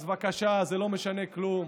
אז בבקשה, זה לא משנה כלום.